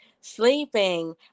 sleeping